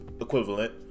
equivalent